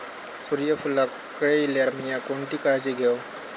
सूर्यफूलाक कळे इल्यार मीया कोणती काळजी घेव?